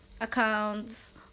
accounts